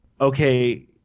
okay